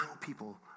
people